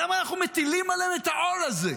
למה אנחנו מטילים עליהם את העול הזה?